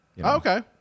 okay